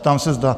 Ptám se, zda...